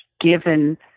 given